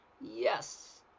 yes